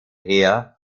heer